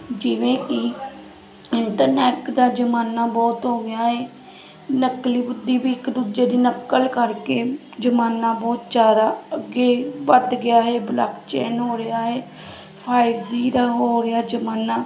ਜਿਵੇਂ ਕਿ ਇੰਟਰਨੈਟ ਦਾ ਜ਼ਮਾਨਾ ਬਹੁਤ ਹੋ ਗਿਆ ਏ ਨਕਲੀ ਬੁੱਧੀ ਵੀ ਇੱਕ ਦੂਜੇ ਦੀ ਨਕਲ ਕਰਕੇ ਜ਼ਮਾਨਾ ਬਹੁਤ ਜ਼ਿਆਦਾ ਅੱਗੇ ਵੱਧ ਗਿਆ ਇਹ ਹੋ ਰਿਹਾ ਹੈ ਫਾਈਵ ਜੀ ਦਾ ਹੋ ਰਿਹਾ ਜ਼ਮਾਨਾ